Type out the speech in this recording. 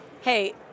hey